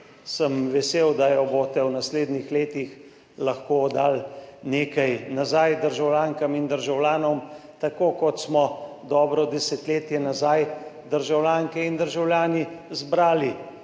sem vesel, da je boste v naslednjih letih lahko dali nekaj nazaj državljankam in državljanom. Tako kot smo dobro desetletje nazaj državljanke in državljani zbrali